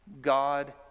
God